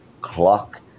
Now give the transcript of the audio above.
clock